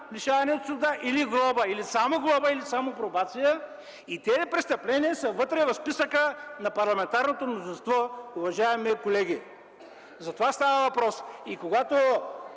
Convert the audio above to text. лишаване от свобода или глоба, или само глоба, или само пробация, и тези престъпления са вътре в списъка на парламентарното мнозинство, уважаеми колеги. За това става въпрос! Когато